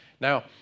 Now